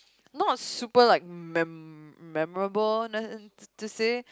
not super like man memorable to say